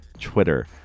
Twitter